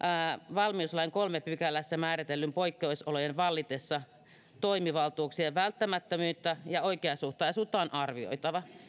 valmiuslain kolmannessa pykälässä määriteltyjen poikkeusolojen vallitessa toimivaltuuksien välttämättömyyttä ja oikeasuhtaisuutta on arvioitava